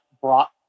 brought